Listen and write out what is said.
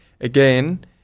again